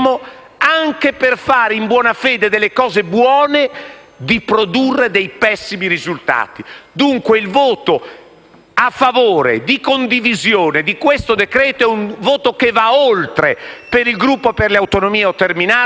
anche per fare in buona fede delle cose buone, di produrre dei pessimi risultati. Dunque, il voto a favore e di condivisione su questo decreto-legge va oltre, per il Gruppo Per le Autonomie, il